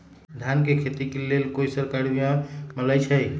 धान के खेती के लेल कोइ सरकारी बीमा मलैछई?